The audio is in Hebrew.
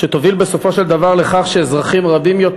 שתוביל בסופו של דבר לכך שאזרחים רבים יותר